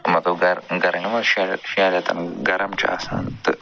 مطلب گَرٕ گرم یِمَن شٮ۪ن شٮ۪ن رٮ۪تَن گرم چھِ آسان تہٕ